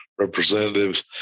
representatives